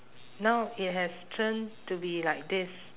now it has turned to be like this